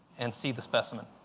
and see the specimen